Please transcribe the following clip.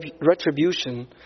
retribution